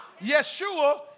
Yeshua